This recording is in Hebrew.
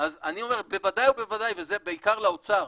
אז אני אומר, בוודאי ובוודאי, וזה בעיקר לאוצר,